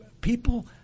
people